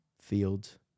Fields